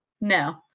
No